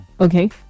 Okay